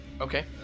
Okay